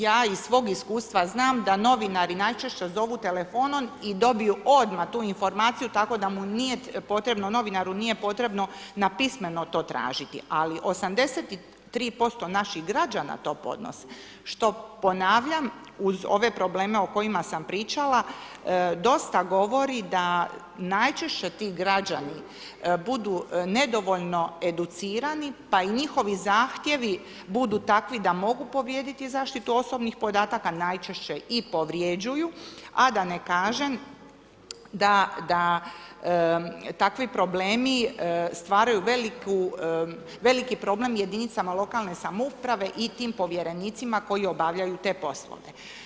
Ja iz svog iskustva znam da novinari najčešće zovu telefonom i dobiju odmah tu informaciju tako da mu nije potrebno na pismeno to tražiti, ali 83% naših građana to podnosi, što ponavljam uz ove probleme o kojima sam pričala, dosta govori da najčešće ti građani budu nedovoljno educirani, pa i njihovi zahtjevi, budu takvi da mogu povrijediti zaštitu osobnih podataka, najčešće i povrjeđuju, a da ne kažem, da takvi problemi stvaraju veliki problem jedinice lokalne samouprave i tim povjerenicima koji obavljaju te poslove.